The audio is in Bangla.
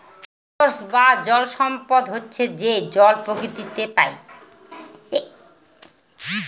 ওয়াটার রিসোর্স বা জল সম্পদ হচ্ছে যে জল প্রকৃতিতে পাই